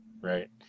right